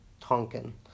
Tonkin